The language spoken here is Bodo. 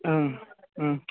ओं ओं